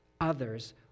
others